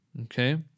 okay